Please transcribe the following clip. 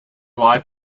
live